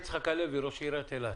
ראש עיריית אילת,